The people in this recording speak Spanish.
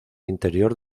interior